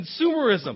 consumerism